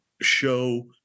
show